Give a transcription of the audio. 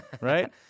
right